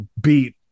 beat